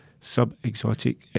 Sub-Exotic